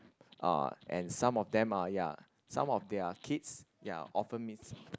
uh and some of them are ya some of their kids ya often miss